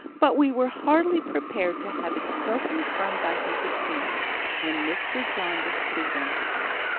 but we were hardly prepared to have it so confirmed by his appearance when mr. jarndyce presented him.